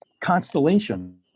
constellation